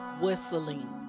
whistling